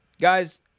Guys